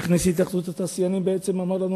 איך נשיא התאחדות התעשיינים אמר לנו,